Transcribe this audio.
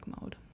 mode